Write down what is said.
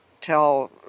tell